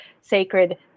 sacred